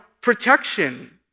protection